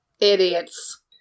Idiots